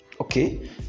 Okay